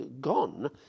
gone